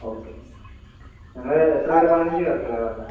okay നിങ്ങൾ എത്ര പേര് പതിനഞ്ച് പേർക്ക് അല്ലേ പറഞ്ഞത്